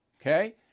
okay